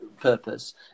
purpose